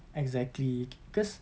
exactly cause